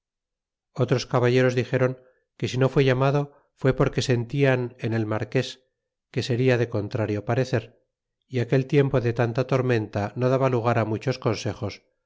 otros caballeros dixeron que si no fue llamado fue porque sentian en el marques que seria de contrario parecer y aquel tiempo de tanta tormenta no daba lugar muchos consejos